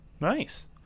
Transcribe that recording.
Nice